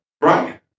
Right